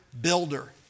builder